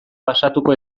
pasatuko